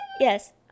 Yes